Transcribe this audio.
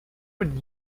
would